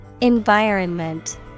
Environment